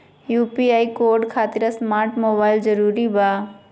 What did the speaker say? UPI code खातिर smart mobile जरूरी बा?